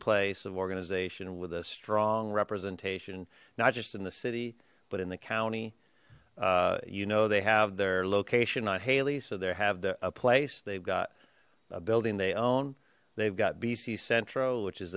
place of organization with a strong representation not just in the city but in the county you know they have their location on haley so they have the a place they've got a building they own they've got bc centro which is